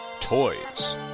Toys